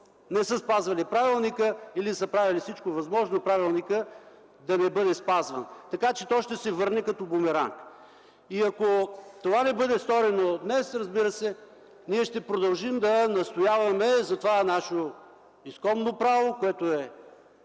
не са спазвали правилника или са правили всичко възможно правилникът да не бъде спазван, така че то ще се върне като бумеранг. Ако това не бъде сторено днес, разбира се, ние ще продължим да настояваме за това наше исконно право, което е